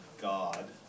God